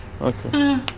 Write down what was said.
okay